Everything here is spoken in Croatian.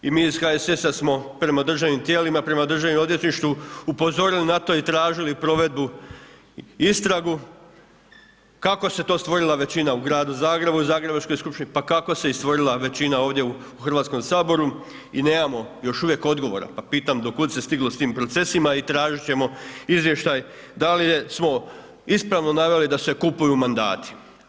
I mi iz HSS-a smo prema državnim tijelima, prema državnom odvjetništvu upozorili na to i tražili provedbu, istragu kako se to stvorila većina u gradu Zagrebu, u Zagrebačkoj skupštini, pa kako se stvorila i većina ovdje u Hrvatskom saboru i nemamo još uvijek odgovora pa pitam do kuda se stiglo sa tim procesima i tražiti ćemo izvještaj da li smo ispravno naveli da se kupuju mandati.